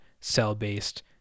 cell-based